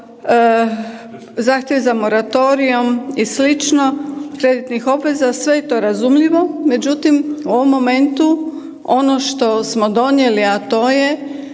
zahtjev za moratorijem i sl. kreditnih obveza sve je to razumljivo, međutim u ovom momentu ono što smo donijeli, a to je